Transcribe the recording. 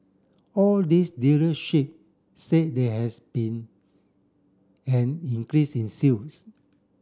all these dealership said they has been an increase in sales